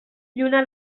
lluna